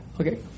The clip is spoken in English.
Okay